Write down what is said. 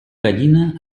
gallina